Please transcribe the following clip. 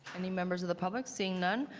any members of the public? seeing none,